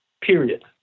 Period